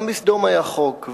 גם בסדום היה חוק,